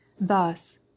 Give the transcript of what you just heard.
Thus